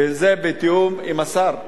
וזה בתיאום עם השר.